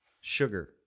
sugar